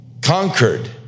conquered